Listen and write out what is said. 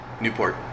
Newport